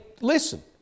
listen